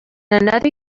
another